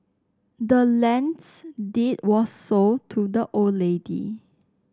the land's deed was sold to the old lady